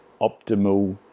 optimal